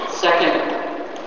Second